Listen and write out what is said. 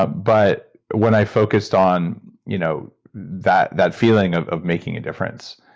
ah but when i focused on you know that that feeling of of making a difference,